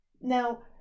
Now